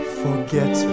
forget